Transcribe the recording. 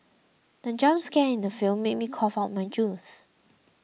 the jump scare in the film made me cough out my juice